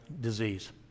disease